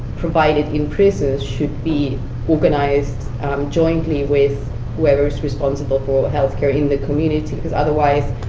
provided in prison should be organized jointly with whoever is responsible for health care in the community. because otherwise,